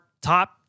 top